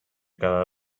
cada